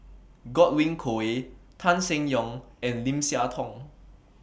Godwin Koay Tan Seng Yong and Lim Siah Tong